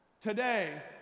today